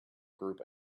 group